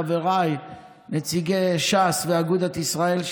חבריי נציגי ש"ס ואגודת ישראל,